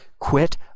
Quit